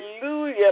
Hallelujah